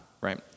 right